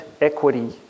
equity